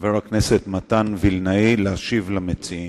חבר הכנסת מתן וילנאי, להשיב למציעים.